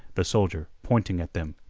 the soldier, pointing at them,